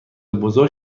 بزرگ